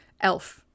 Elf